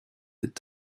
est